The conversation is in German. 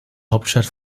hauptstadt